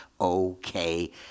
okay